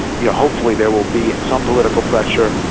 yeah hopefully there will be some political pressure,